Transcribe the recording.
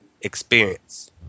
experience